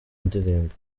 indirimbo